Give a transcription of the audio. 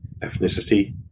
ethnicity